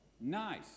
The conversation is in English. nice